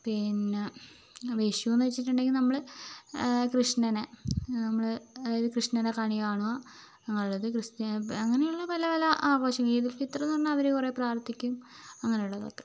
പിന്നെ വിഷുയെന്നു വച്ചിട്ടുണ്ടെങ്കിൽ നമ്മൾ കൃഷ്ണനെ നമ്മൾ അതായത് കൃഷ്ണനെ കണികാണുക അങ്ങനെയുളളത് അങ്ങനെയുള്ള പല പല ആഘോഷങ്ങൾ ഈദുൽ ഫിത്തറെന്നു പറഞ്ഞാൽ അവരു കുറെ പ്രാർത്ഥിക്കും അങ്ങനെയുള്ളതൊക്കെ